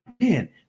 man